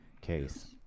case